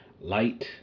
light